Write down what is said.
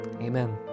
amen